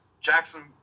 Jackson